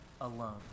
alone